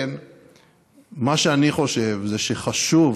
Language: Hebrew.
מה שאני חושב זה שחשוב,